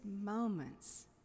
moments